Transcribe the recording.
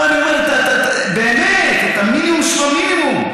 לא, באמת, את המינימום שבמינימום.